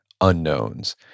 unknowns